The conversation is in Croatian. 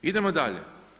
Idemo dalje.